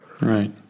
Right